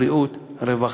בריאות, רווחה.